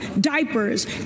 diapers